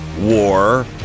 war